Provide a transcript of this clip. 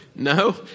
No